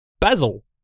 Basil